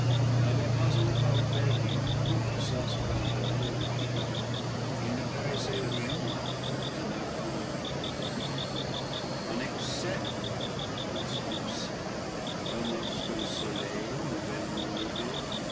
n'avait pas encore perdu toute sa splendeur originelle il ne paraissait rien moins qu'un archange tombé un excès de gloire obscurcie comme lorsque le soleil nouvellement levé